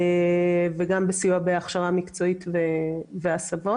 וגם בסיוע בהכשרה מקצועית והסבות.